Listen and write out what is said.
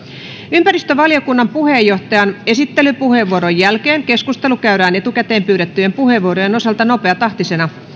ympäristövaliokunnan puheenjohtajan esittelypuheenvuoron jälkeen keskustelu käydään etukäteen pyydettyjen puheenvuorojen osalta nopeatahtisena